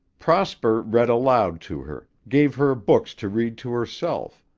prosper read aloud to her, gave her books to read to herself,